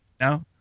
No